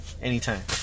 Anytime